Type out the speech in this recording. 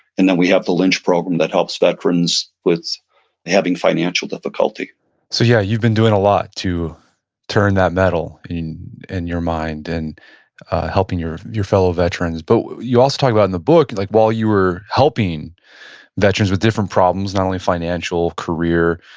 and then, we have the lynch program that helps veterans having financial difficulty so yeah you've been doing a lot to turn that medal in and your mind and helping your your fellow veterans. but you also talk about in the book, and like while you were helping veterans with different problems, not only financial, career,